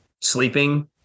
Sleeping